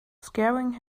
scaring